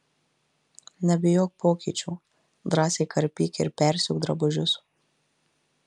nebijok pokyčių drąsiai karpyk ir persiūk drabužius